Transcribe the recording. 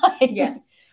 Yes